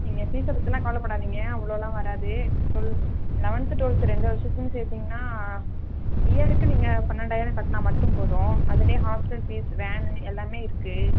நீங்கள் ஃபீஸை பற்றிலாம் கவலைப்படாதீங்க அவ்வளோலாம் வராது டுவெல் லெவன்த்து டுவெல்த்து ரெண்டு வருஷத்துக்கும் சேர்த்தீங்கன்னா இயருக்கு நீங்கள் பன்னெண்டாயிரம் கட்டினா மட்டும் போதும் அதுலேயே ஹாஸ்டல் ஃபீஸ் வேனு எல்லாமே இருக்குது